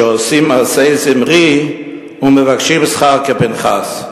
שעושים מעשי זמרי ומבקשים שכר כפנחס.